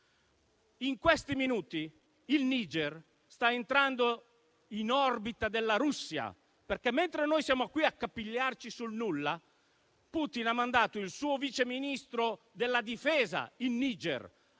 In questi minuti, il Niger sta entrando nell'orbita della Russia, perché, mentre noi siamo qui ad accapigliarci sul nulla, Putin ha mandato il suo Vice Ministro della difesa in Niger a